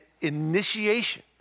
initiation